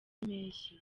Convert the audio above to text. cy’impeshyi